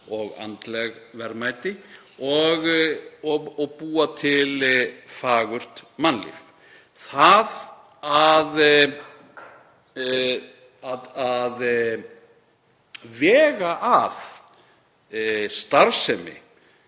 og andleg verðmæti og búa til fagurt mannlíf. Það að vega að starfsemi